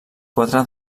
quatre